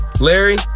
Larry